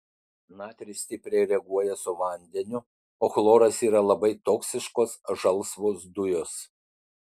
natris stipriai reaguoja su vandeniu o chloras yra labai toksiškos žalsvos dujos